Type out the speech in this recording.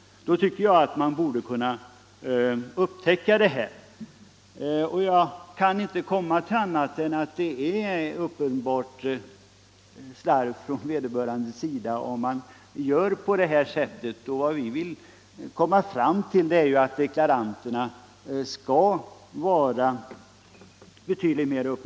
Då tycker jag att man borde kunna upptäcka felet. Jag kan därför inte komma till någon annan slutsats än att det är ett uppenbart slarv från vederbörandes sida att göra på detta sätt. Vad vi vill komma fram till är att deklaranterna skall vara betydligt mera upp-.